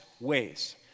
ways